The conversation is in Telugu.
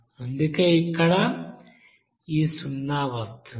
అందుకే ఇక్కడ ఈ సున్నా వస్తుంది